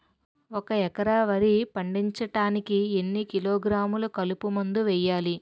ఒక ఎకర వరి పండించటానికి ఎన్ని కిలోగ్రాములు కలుపు మందు వేయాలి?